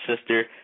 sister